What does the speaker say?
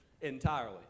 Entirely